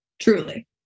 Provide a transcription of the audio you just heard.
Truly